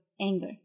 anger